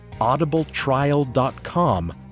audibletrial.com